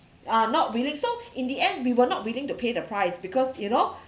uh not willing so in the end we were not willing to pay the price because you know